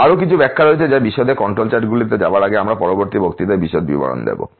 আরও কিছু ব্যাখ্যা রয়েছে যা বিশদ কন্ট্রোল চার্টগুলিতে যাবার আগে আমরা পরবর্তী বক্তৃতায় বিশদ বিবরণ দেবো